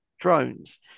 drones